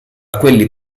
quelli